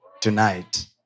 tonight